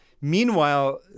Meanwhile